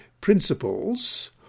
principles